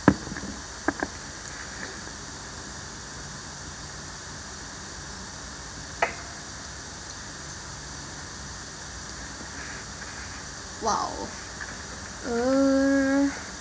!wow! err